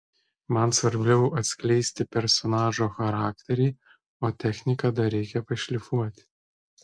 man svarbiau atskleisti personažo charakterį o techniką dar reikia pašlifuoti